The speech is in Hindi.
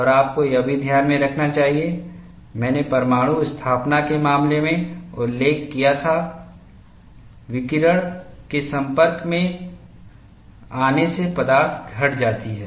और आपको यह भी ध्यान में रखना चाहिए मैंने परमाणु स्थापना के मामले में उल्लेख किया था विकिरण के संपर्क में आने से पदार्थ घट जाती है